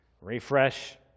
Refresh